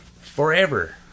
Forever